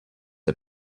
are